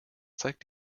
zeigt